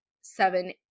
seven